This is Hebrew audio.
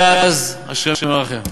ואז, השם ירחם.